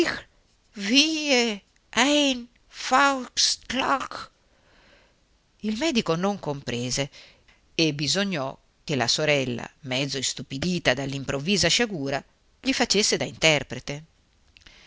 faustschlag il medico non comprese e bisognò che la sorella mezzo istupidita dall'improvvisa sciagura gli facesse da interprete